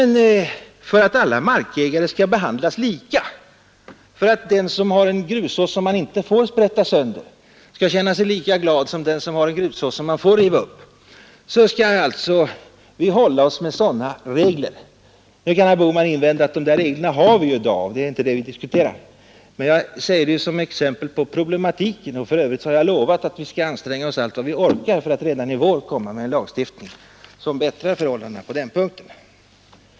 Nu kan herr Bohman invända: Ja, men dessa ersättningsregler beträffande grustag finns ju i dag och det finns inget förslag ännu att ändra dem. Det är inte den saken vi diskuterar. Men jag säger detta för att ge ett exempel på problematiken. För övrigt har jag lovat att vi skall anstränga oss allt vad vi orkar för att redan i vår komma med en lagstiftning som bättrar förhållandena på den punkten.